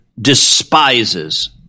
despises